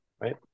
Right